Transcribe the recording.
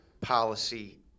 policy